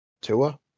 Tua